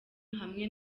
hamwe